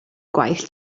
gwaith